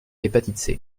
l’hépatite